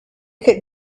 could